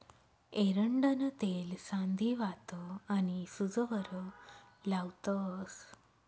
एरंडनं तेल संधीवात आनी सूजवर लावतंस